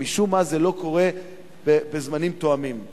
ומשום מה זה לא קורה בזמנים תואמים.